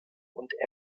und